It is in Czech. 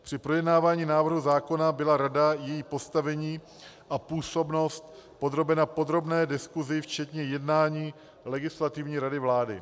Při projednávání návrhu zákona byla rada i její postavení a působnost podrobena podrobné diskusi včetně jednání Legislativní rady vlády.